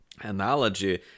analogy